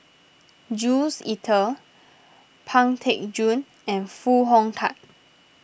Jules Itier Pang Teck Joon and Foo Hong Tatt